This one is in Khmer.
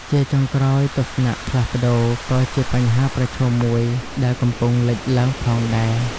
ជាចុងក្រោយ ទស្សនៈផ្លាស់ប្ដូរ ក៏ជាបញ្ហាប្រឈមមួយដែលកំពុងលេចឡើងផងដែរ។